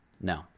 no